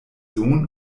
sohn